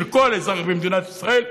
של כל אזרח במדינת ישראל,